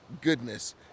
goodness